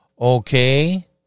Okay